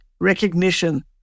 Recognition